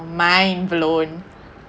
mindblown